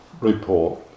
report